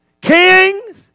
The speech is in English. kings